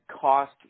cost